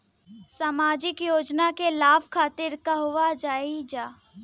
सामाजिक योजना के लाभ खातिर कहवा जाई जा?